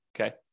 okay